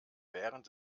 während